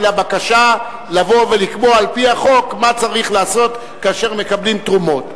אלא בקשה לבוא ולקבוע על-פי החוק מה צריך לעשות כאשר מקבלים תרומות.